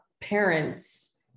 parents